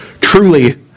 truly